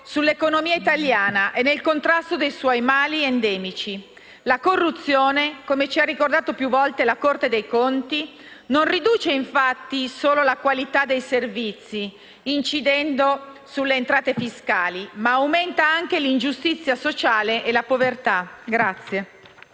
sull'economia italiana e nel contrasto dei suoi mali endemici. Infatti, la corruzione, come ci ha ricordato più volte la Corte dei conti, non solo riduce la qualità dei servizi incidendo sulle entrate fiscali, ma aumenta anche l'ingiustizia sociale e la povertà.